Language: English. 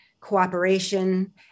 cooperation